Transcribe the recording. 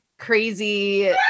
crazy